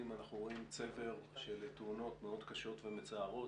אנחנו רואים צבר של תאונות מאוד קשות ומצערות.